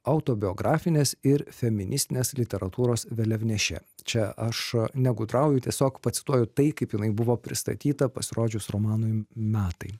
autobiografinės ir feministinės literatūros vėliavnešė čia aš negudrauju tiesiog pacituoju tai kaip jinai buvo pristatyta pasirodžius romanui metai